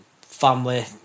family